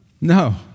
No